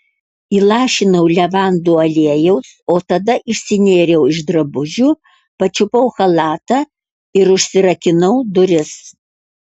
įlašinau levandų aliejaus o tada išsinėriau iš drabužių pačiupau chalatą ir užsirakinau duris